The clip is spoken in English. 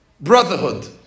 brotherhood